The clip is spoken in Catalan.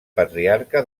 patriarca